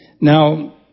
Now